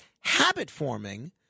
habit-forming